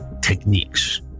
techniques